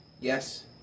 Yes